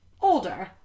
Older